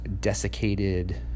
desiccated